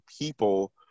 people